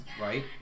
right